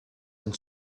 and